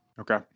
Okay